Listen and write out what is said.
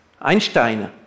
Einstein